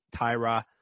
Tyra